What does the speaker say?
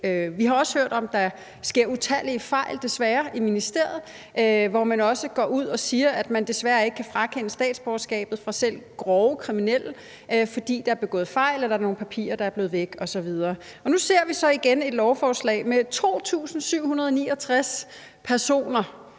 Vi har også hørt om, at der desværre sker utallige fejl i ministeriet, hvor man også går ud og siger, at man desværre ikke kan frakende statsborgerskabet fra selv grove kriminelle, fordi der er begået fejl eller der er nogle papirer, der er blevet væk, osv. Nu ser vi så igen et lovforslag med 2.769 personer